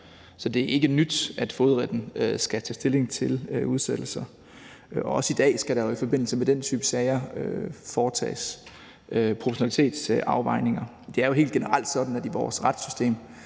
Så det er ikke nyt, at fogedretten skal tage stilling til udsættelser. Også i dag skal der i forbindelse med den type sager foretages proportionalitetsafvejninger. Det er jo helt generelt sådan, at i vores retssystem